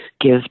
give